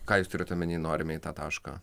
ką jūs turite omenyje norime į tą tašką